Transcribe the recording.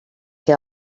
que